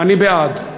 אני בעד.